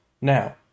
Now